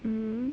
mm